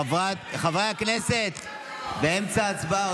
חברי הכנסת, אתם באמצע הצבעה.